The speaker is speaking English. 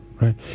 Right